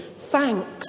thanks